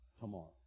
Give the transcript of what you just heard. tomorrow